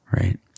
right